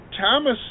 Thomas